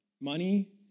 money